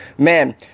Man